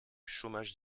chômage